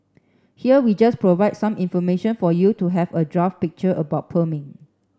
here we just provide some information for you to have a draft picture about perming